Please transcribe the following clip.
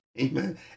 Amen